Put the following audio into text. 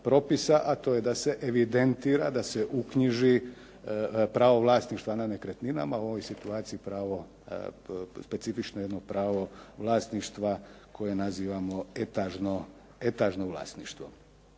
a to je da se evidentira, da se uknjiži pravo vlasništva nad nekretninama. U ovoj situaciji specifično jedno pravo vlasništva koje nazivamo etažno vlasništvo.